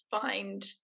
find